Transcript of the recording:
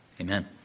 amen